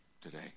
today